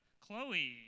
Chloe